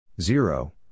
zero